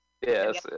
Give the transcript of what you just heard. Yes